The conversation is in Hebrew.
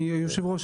היושב-ראש,